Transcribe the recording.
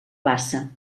bassa